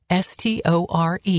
STORE